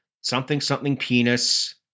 something-something-penis